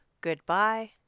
Goodbye